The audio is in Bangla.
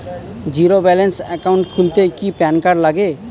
জীরো ব্যালেন্স একাউন্ট খুলতে কি প্যান কার্ড লাগে?